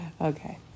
Okay